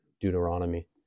Deuteronomy